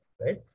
right